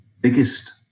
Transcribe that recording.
biggest